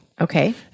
Okay